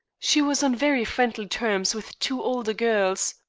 she was on very friendly terms with two older girls,